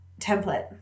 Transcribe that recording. template